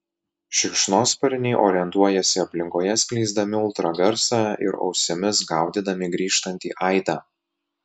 šikšnosparniai orientuojasi aplinkoje skleisdami ultragarsą ir ausimis gaudydami grįžtantį aidą